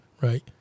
right